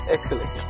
Excellent